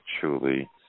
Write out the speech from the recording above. truly